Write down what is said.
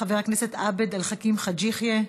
חבר הכנסת עבד אל-חכים חאג' יחיא,